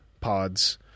pods